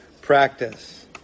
practice